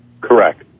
Correct